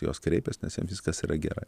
jos kreipias nes jam viskas yra gerai